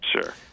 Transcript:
Sure